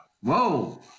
Whoa